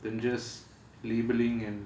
then just labelling and